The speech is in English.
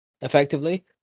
effectively